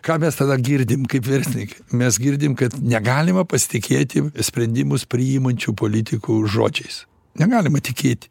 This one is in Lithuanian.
ką mes tada girdim kaip verslininkai mes girdim kad negalima pasitikėti sprendimus priimančių politikų žodžiais negalima tikėti